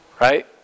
right